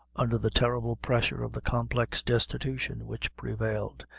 under the terrible pressure of the complex destitution which prevailed,